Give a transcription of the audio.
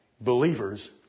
Believers